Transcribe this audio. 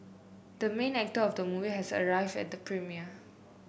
the main actor of the movie has arrived at the premiere